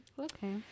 okay